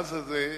המכרז הזה,